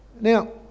Now